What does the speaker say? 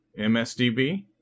MSDB